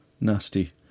nasty